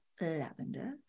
lavender